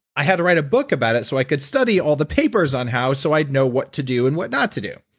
i had to write a book about it so i could study all the papers on how so i'd know what to do and what not to do.